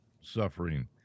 suffering